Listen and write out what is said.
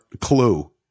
Clue